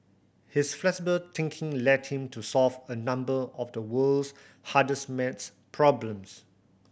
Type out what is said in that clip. his flexible thinking led him to solve a number of the world's hardest maths problems